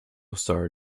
starr